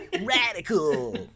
radical